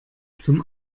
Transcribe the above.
zum